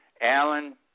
Alan